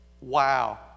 Wow